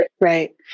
Right